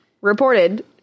reported